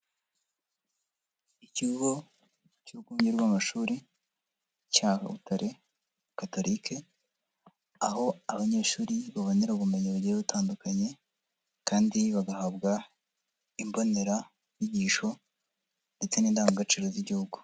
Ikigo cy'urwunge rw'amashuri cya Butare catholique aho abanyeshuri babonera ubumenyi bugiye butandukanye kandi bagahabwa imbonera, inyigisho ndetse n'indangagaciro z'Igihugu.